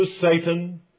Satan